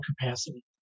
capacity